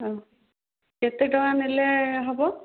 ହଁ କେତେ ଟଙ୍କା ନେଲେ ହବ